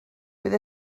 bydd